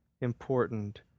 important